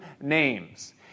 names